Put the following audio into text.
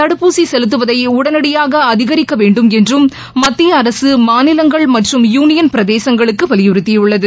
தடுப்பூசி செலுத்துவதை உடனடியாக அதிகிி்க வேண்டும் என்றும் மத்தியஅரசு மாநிலங்கள் மற்றும் யூனியன்பிரதேசங்களுக்கு வலியுறுத்தியுள்ளது